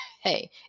hey